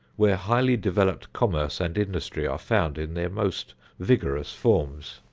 where highly-developed commerce and industry are found in their most vigorous forms.